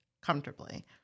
comfortably